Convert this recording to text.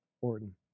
Orton